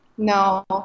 No